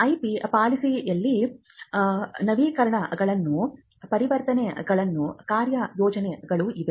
IP ಪಾಲಿಸಿಯಲ್ಲಿ ನವೀಕರಣಗಳು ಪರಿವರ್ತನೆಗಳು ಕಾರ್ಯಯೋಜನೆಗಳು ಇವೆ